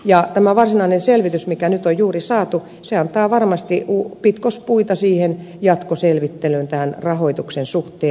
ja tämä varsinainen selvitys mikä nyt on juuri saatu antaa varmasti pitkospuita siihen jatkoselvittelyyn tämän rahoituksen suhteen